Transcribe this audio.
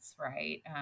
Right